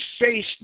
face